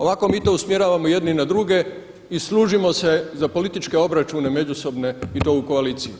Ovako mi to usmjeravamo jedni na druge i služimo se za političke obračune međusobne i to u koaliciji.